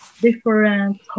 different